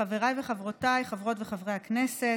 חבריי וחברותיי חברות וחברי הכנסת,